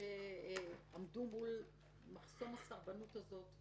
כלומר, ככאלה שעמדו מול מחסום הסרבנות הזו.